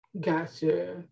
Gotcha